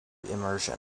immersion